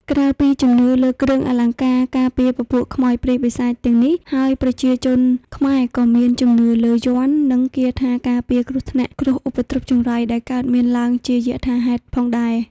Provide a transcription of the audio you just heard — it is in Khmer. ក្រៅពីជំនឿលើគ្រឿងអលង្ការការពារពពួកខ្មោចព្រាយបិសាចទាំងនេះហើយប្រជាជនខ្មែរក៏មានជំនឿលើយ័ន្តនិងគាថាការពារគ្រោះថ្នាក់គ្រោះឧបទ្រុបចង្រៃដែលកើតមានឡើងជាយថាហេតុផងដែរ